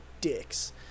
dicks